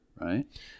right